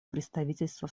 представительства